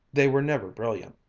they were never brilliant,